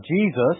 Jesus